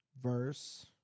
verse